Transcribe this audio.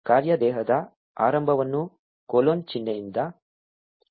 ಕಾರ್ಯ ದೇಹದ ಆರಂಭವನ್ನು ಕೊಲೊನ್ ಚಿಹ್ನೆಯಿಂದ ಸೂಚಿಸಲಾಗುತ್ತದೆ